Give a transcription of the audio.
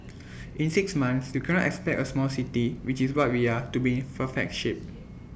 in six months you cannot expect A small city which is what we are to be in perfect shape